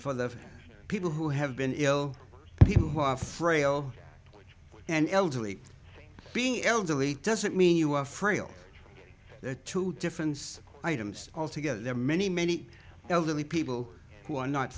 for the people who have been ill people who are frail and elderly being elderly doesn't mean you are frail the two difference items altogether there are many many elderly people who are not